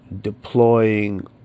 deploying